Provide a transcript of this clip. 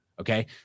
okay